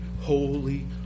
holy